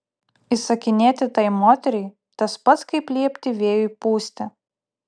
įsakinėti tai moteriai tas pats kaip liepti vėjui pūsti